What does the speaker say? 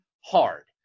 hard